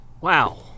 Wow